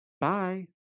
Bye